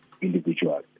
individual